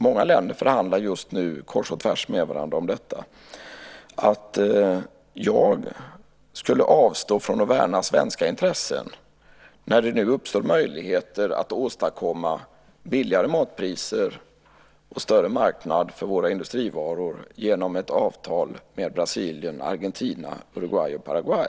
Många länder förhandlar just nu kors och tvärs med varandra om detta. Det sägs här att jag skulle avstå från att värna svenska intressen när det nu uppstår möjligheter att åstadkomma billigare matpriser och större marknad för våra industrivaror genom ett avtal med Brasilien, Argentina, Uruguay och Paraguay.